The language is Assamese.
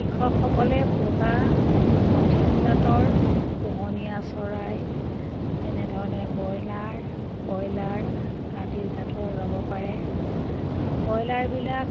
কৃষকসকলে পোহা সঠিক জাতৰ পোহনীয়া চৰাই যেনেধৰণে বইলাৰ কয়লাৰ আদি জাতৰ ল'ব পাৰে ব্ৰয়লাৰবিলাক